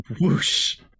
Whoosh